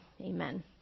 Amen